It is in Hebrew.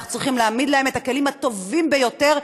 אנחנו צריכים להעמיד להם את הכלים הטובים ביותר,